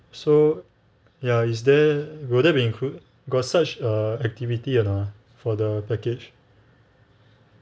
so ya is there will there be include got such err activity or not ah for the package